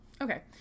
Okay